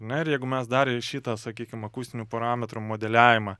na ir jeigu mes dar į šitą sakykim akustinių parametrų modeliavimą